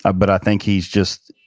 ah but i think he'd just,